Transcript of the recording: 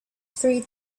three